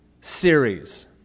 series